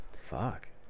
Fuck